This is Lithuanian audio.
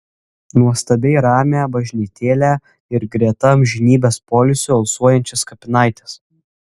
nuostabiai ramią bažnytėlę ir greta amžinybės poilsiu alsuojančias kapinaites